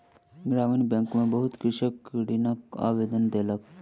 ग्रामीण बैंक में बहुत कृषक ऋणक आवेदन देलक